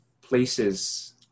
places